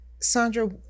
Sandra